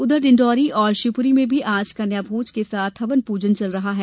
उधर डिंडौरी और शिवपुरी में भी आज कन्याभोज के साथ हवन पूजन का दौर जारी है